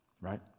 right